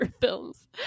films